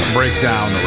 Breakdown